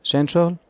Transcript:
Central